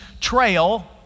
trail